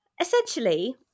Essentially